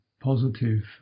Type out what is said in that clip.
positive